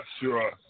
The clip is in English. sure